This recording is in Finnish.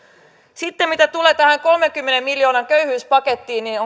sitten mitä tulee tähän kolmenkymmenen miljoonan köyhyyspakettiin niin